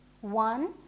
One